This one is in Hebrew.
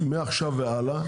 מעכשיו והלאה,